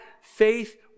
Faith